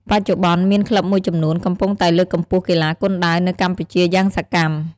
បច្ចុប្បន្ន មាន ក្លឹបមួយចំនួន កំពុងតែ លើកកម្ពស់កីឡាគុនដាវ នៅ កម្ពុជា យ៉ាងសកម្ម។